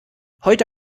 heute